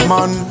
Man